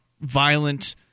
violent